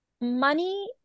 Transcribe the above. money